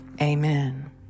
Amen